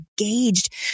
engaged